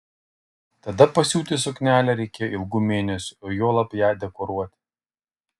tada pasiūti suknelę reikėjo ilgų mėnesių o juolab ją dekoruoti